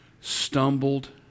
stumbled